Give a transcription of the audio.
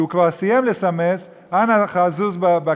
כי הוא כבר סיים לסמס: אנא ממך, זוז בכביש.